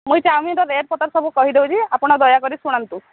ମୁଇଁ ଚାହୁଁମି ତ ଦେଟ ପତାର ସବୁ କହିଦେଉଚି ଆପଣ ଦୟାକରି ଶୁଣନ୍ତୁ